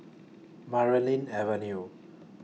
Marlene Avenue